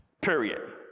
period